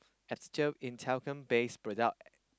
asbestos in talcum base product